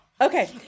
Okay